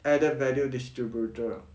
added value distributor